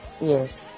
Yes